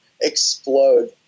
explode